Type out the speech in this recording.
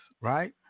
right